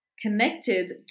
connected